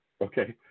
Okay